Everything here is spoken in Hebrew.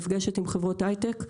אני נפגשת עם חברות היי-טק.